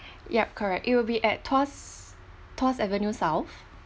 yup correct it will be at tuas tuas avenue south